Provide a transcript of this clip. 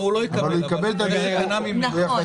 זה יימנע ממנו.